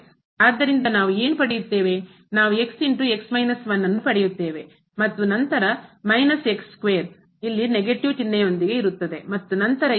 ಆದ್ದರಿಂದ ನಾವು ಏನು ಪಡೆಯುತ್ತೇವೆ ನಾವು ಅನ್ನು ಪಡೆಯುತ್ತೇವೆ ಮತ್ತು ನಂತರ ಇಲ್ಲಿ negative ಋಣಾತ್ಮಕ ಚಿಹ್ನೆಯೊಂದಿಗೆ ಇರುತ್ತದೆ ಮತ್ತು ನಂತರ ಇದು